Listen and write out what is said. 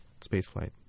spaceflight